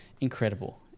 incredible